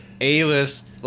A-list